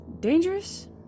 Dangerous